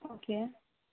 okay